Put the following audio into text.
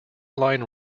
line